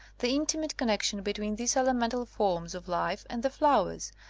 the intimate connection between these elemental forms of life and the flowers,